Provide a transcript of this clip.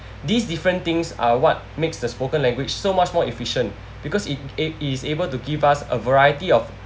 these different things are what makes the spoken language so much more efficient because it it is able to give us a variety of